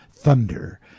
Thunder